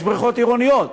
יש בריכות עירוניות